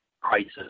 crisis